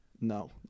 No